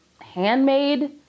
handmade